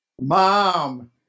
Mom